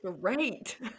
great